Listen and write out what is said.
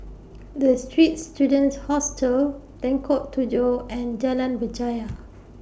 The Straits Students Hostel Lengkok Tujoh and Jalan Berjaya